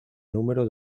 número